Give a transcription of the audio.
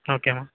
okay మా